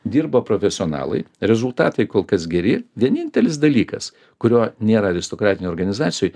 dirba profesionalai rezultatai kol kas geri vienintelis dalykas kurio nėra aristokratinėj organizacijoj